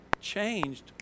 changed